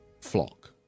flock